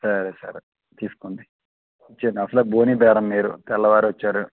సరేసరే తీసుకోండి ఇచ్చేయండి అసలే బోణీ బేరం మీరు తెల్లవారు వచ్చారు